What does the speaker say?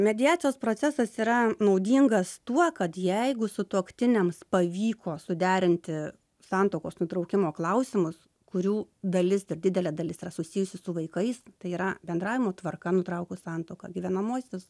mediacijos procesas yra naudingas tuo kad jeigu sutuoktiniams pavyko suderinti santuokos nutraukimo klausimus kurių dalis ir didelė dalis yra susijusi su vaikais tai yra bendravimo tvarka nutraukus santuoką gyvenamosios